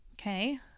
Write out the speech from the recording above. Okay